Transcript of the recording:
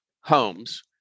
homes